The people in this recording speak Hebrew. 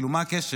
כאילו מה הקשר?